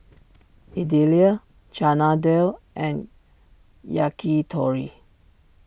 Idili Chana Dal and Yakitori